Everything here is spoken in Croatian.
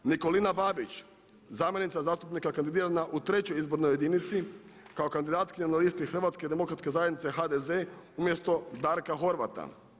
Nikolina Babić zamjenica zastupnika kandidirana u trećoj izbornoj jedinici kao kandidatkinja na listi Hrvatske demokratske zajednice HDZ umjesto Darka Horvata.